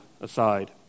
aside